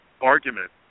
argument